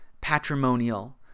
patrimonial